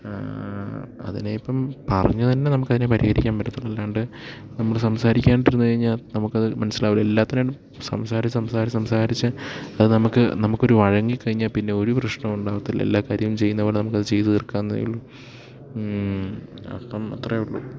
അതിനെ ഇപ്പം പറഞ്ഞു തന്നെ നമുക്കതിനെ പരിഹരിക്കാൻ പറ്റത്തുള്ളൂ അല്ലാണ്ട് നമ്മൾ സംസാരിക്കാണ്ടിരുന്നു കഴിഞ്ഞാൽ നമുക്കത് മനസ്സലാവില്ല എല്ലാറ്റിനും സംസാരിച്ച് സംസാരിച്ച് സംസാരിച്ച് അത് നമുക്ക് നമുക്കൊരു വഴങ്ങി കഴിഞ്ഞാൽ പിന്നെ ഒരു പ്രശ്നം ഉണ്ടാകത്തില്ല എല്ലാ കാര്യം ചെയ്യുന്ന പോലെ നമുക്കത് ചെയ്തു തീർക്കാവുന്നതേയുള്ളൂ അപ്പം അത്രയേ ഉള്ളൂ